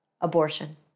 abortion